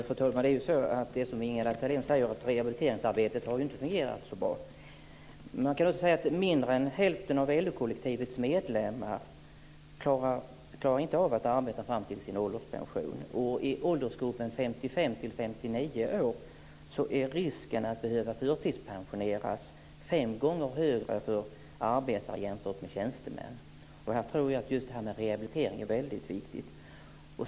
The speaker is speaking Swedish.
Fru talman! Som Ingela Thalén säger har rehabiliteringsarbetet inte fungerat så bra. Mindre än hälften av LO-kollektivets medlemmar klarar inte av att arbeta fram till sin ålderspension. I åldersgruppen 55-59 år är risken att förtidspensioneras fem gånger större för arbetare än för tjänstemän. Där tror jag att detta med rehabilitering är väldigt viktigt.